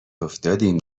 افتادیم